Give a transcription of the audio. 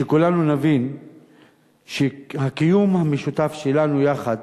שכולנו נבין שהקיום המשותף שלנו יחד